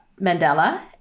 Mandela